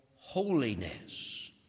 holiness